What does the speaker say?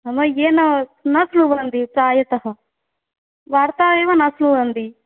मम ये न न शृण्वन्ति सा यतः वार्ता एव शृण्वन्ति